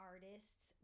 Artists